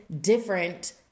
different